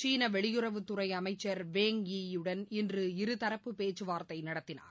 சீன வெளியுறவுத்துறை அமைச்சர் வேங் யீ யுடன் இன்று இருதரப்பு பேச்சுவார்த்தை நடத்தினார்